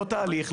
לא תהליך,